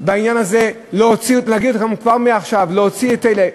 בעניין הזה להגיד לכם כבר עכשיו: להוציא את אלה.